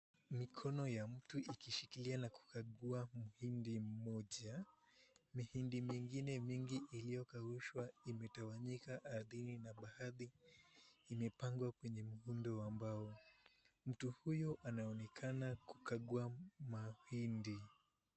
Mikono ya mtu ikishikilia na kukagua mhindi mmoja, mihindi mingine mingi iliyokaushwa imetawanyika ardhini na baadhi imepangwa kwenye muhundi wa mbao, mtu huyo anaonekana kukagua mahindi.